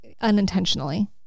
unintentionally